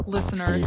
Listener